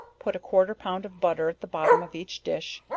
put a quarter pound of butter at the bottom of each dish,